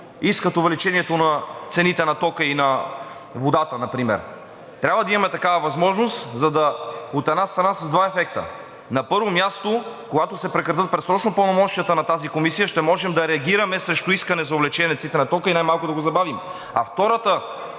искат увеличението на цените на тока и на водата например. Трябва да имаме такава възможност, за да има два ефекта – на първо място, когато се прекратят предсрочно пълномощията на тази комисия, ще можем да реагираме срещу искане за увеличение на цените на тока или най-малко да го забавим. Втората